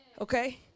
Okay